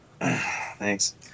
Thanks